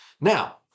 Now